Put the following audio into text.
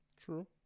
True